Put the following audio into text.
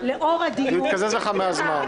לא רק עבירה של שוחד,